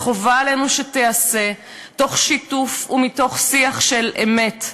שחובה עלינו שתיעשה תוך שיתוף ומתוך שיח של אמת,